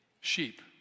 sheep